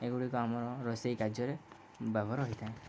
ଏଗୁଡ଼ିକ ଆମର ରୋଷେଇ କାର୍ଯ୍ୟରେ ବ୍ୟବହାର ହୋଇଥାଏ